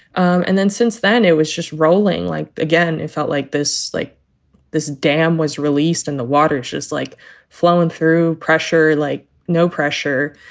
and then since then, it was just rolling like again, it felt like this like this dam was released and the water just like flowing through pressure, like no pressure,